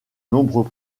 nombreux